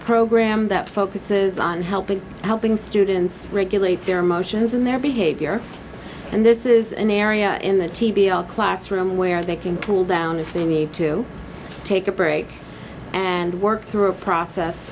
program that focuses on helping helping students regulate their emotions and their behavior and this is an area in the t v our classroom where they can cool down if they need to take a break and work through a process